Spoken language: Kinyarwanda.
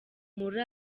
muri